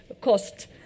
cost